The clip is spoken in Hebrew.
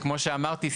כמו שאמרתי,